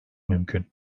mümkün